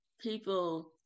people